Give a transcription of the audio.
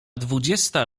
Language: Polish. dwudziesta